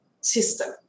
System